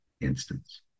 instance